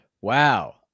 Wow